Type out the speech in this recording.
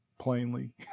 plainly